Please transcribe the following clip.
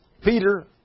Peter